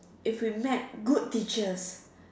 if we met good teachers